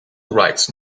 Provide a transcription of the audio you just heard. writes